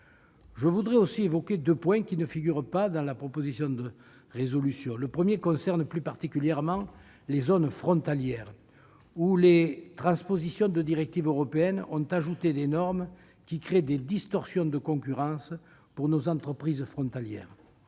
Je veux aussi évoquer deux points qui ne figurent pas dans la proposition de résolution. Le premier concerne plus particulièrement les zones frontalières où les transpositions de directives européennes ont ajouté des normes qui créent des distorsions de concurrence pour nos entreprises frontalières.